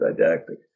didactic